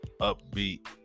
upbeat